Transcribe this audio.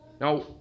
Now